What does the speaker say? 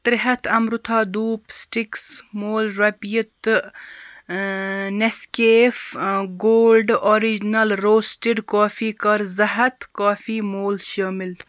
ترٛےٚ ہَتھ اَمرُتھا دھوٗپ سِٹِکٕس مول رۄپیہِ تہٕ نٮ۪س کیف گولڈ آرِجنَل روسٹِڈ کافی کَر زٕ ہَتھ کافی مول شٲمِل